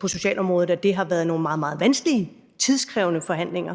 på socialområdet har været i forbindelse med nogle meget, meget vanskelige, tidskrævende forhandlinger.